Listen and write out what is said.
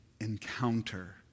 encounter